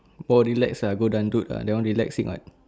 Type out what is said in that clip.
more relaxed ah go dollop ah that one relaxing [what]